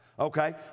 Okay